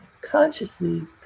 consciously